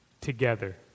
together